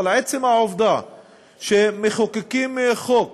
אבל עצם העובדה שמחוקקים חוק